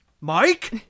Mike